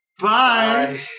bye